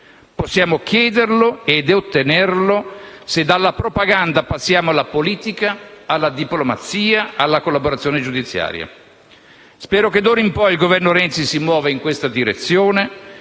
Possiamo chiederlo e ottenerlo se dalla propaganda passiamo alla politica, alla diplomazia e alla collaborazione giudiziaria. Spero che, d'ora in poi, il Governo Renzi si muova in questa direzione.